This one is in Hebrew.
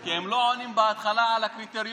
כי הם לא עונים בהתחלה על הקריטריונים.